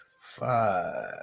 five